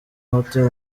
hotel